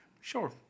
sure